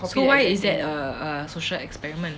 so what is that eh eh social experiment